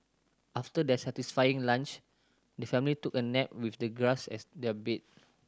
after their satisfying lunch the family took a nap with the grass as their bed